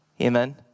Amen